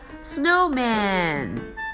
snowman